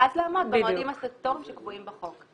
ואז לעמוד במועדים הסטטוטוריים שקבועים בחוק.